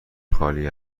خالی